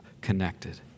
connected